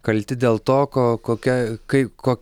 kalti dėl to ko kokia kai ko